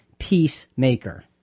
peacemaker